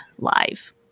live